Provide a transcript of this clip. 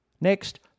Next